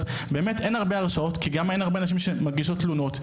אכן אין הרבה הרשעות כי גם אין הרבה נשים שמגישות תלונות.